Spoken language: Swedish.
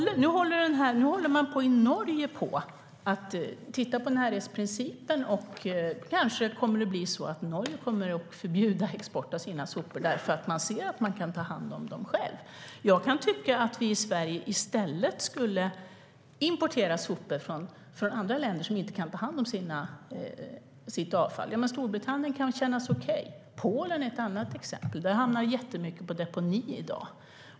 Nu håller man på att titta på närhetsprincipen i Norge. Kanske kommer Norge att förbjuda export av sina sopor därför att man ser att man kan ta hand om dem själv. Jag kan tycka att vi i Sverige i stället skulle importera sopor från andra länder som inte kan ta hand om sitt avfall. Storbritannien kan kännas okej. Polen är ett annat exempel. Där hamnar jättemycket på deponi i dag.